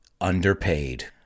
underpaid